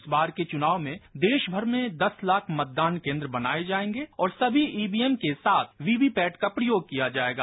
इस बार के चुनाव में देशभर में दस लाख मतदान केंद्र बनाए जाएगे और सभी ईवीएम के साथ वीवीपेट का प्रयोग किया जाएगा